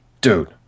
Dude